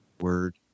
word